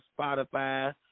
Spotify